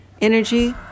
energy